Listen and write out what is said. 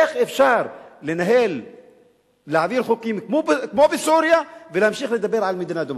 איך אפשר להעביר חוקים כמו בסוריה ולהמשיך לדבר על מדינה דמוקרטית?